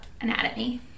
anatomy